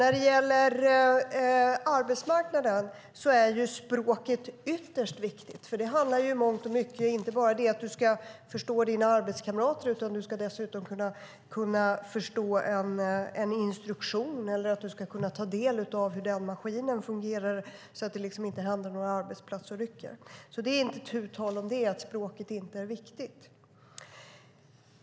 När det gäller arbetsmarknaden är språket ytterst viktigt, för det handlar i mångt och mycket inte bara om att man ska förstå sina arbetskamrater, utan man ska dessutom kunna förstå en instruktion eller ta del av hur en maskin fungerar, så att det inte händer några arbetsplatsolyckor. Det är inte tu tal om att språket är viktigt.